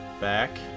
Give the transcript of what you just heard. back